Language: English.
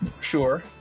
Sure